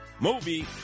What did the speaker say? movie